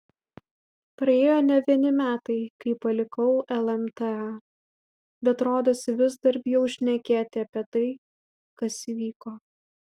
praėjo ne vieni metai kai palikau lmta bet rodosi vis dar bijau šnekėti apie tai kas įvyko